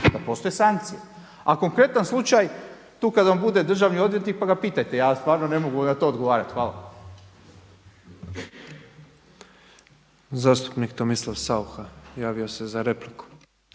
da postoje sankcije. A konkretan slučaj, tu kada vam bude državni odvjetnik pa ga pitajte, ja stvarno ne mogu na to odgovarati. Hvala. **Petrov, Božo (MOST)** Zastupnik Tomislav Saucha javio se za repliku.